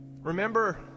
Remember